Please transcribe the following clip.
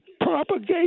propagate